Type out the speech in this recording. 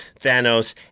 Thanos